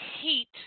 heat